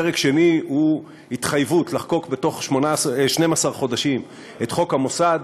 פרק שני הוא התחייבות לחוקק בתוך 12 חודשים את חוק המוסד,